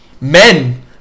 men